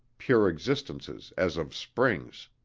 pure existences as of springs.